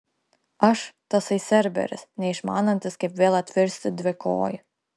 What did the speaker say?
aš tasai cerberis neišmanantis kaip vėl atvirsti dvikoju